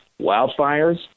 wildfires